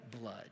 blood